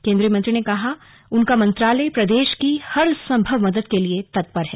केन्द्रीय मंत्री ने कहा कि उनका मंत्रालय प्रदेश की हरसम्भव मदद के लिए तत्पर है